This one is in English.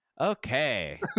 Okay